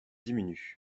diminue